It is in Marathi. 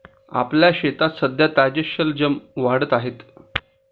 आपल्या शेतात सध्या ताजे शलजम वाढत आहेत